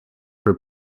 for